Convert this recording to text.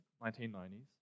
1990s